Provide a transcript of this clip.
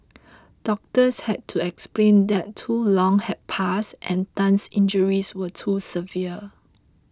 doctors had to explain that too long had passed and Tan's injuries were too severe